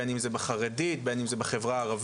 בין אם זה בחרדית או בין אם זה בחברה הערבית?